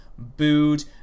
Booed